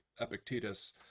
Epictetus